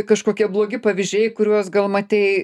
kažkokie blogi pavyzdžiai kuriuos gal matei